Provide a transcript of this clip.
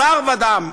בשר ודם,